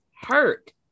hurt